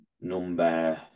number